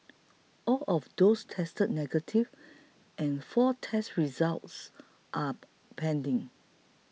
all of those tested negative and four test results are pending